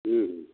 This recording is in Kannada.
ಹ್ಞೂ